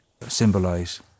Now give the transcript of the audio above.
symbolize